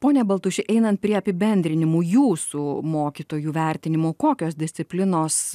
pone baltuši einant prie apibendrinimų jūsų mokytojų vertinimu kokios disciplinos